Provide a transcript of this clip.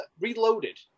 Reloaded